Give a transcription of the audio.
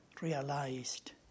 realized